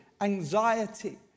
anxiety